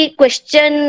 question